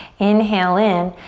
inhale in.